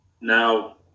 Now